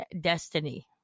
destiny